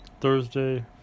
Thursday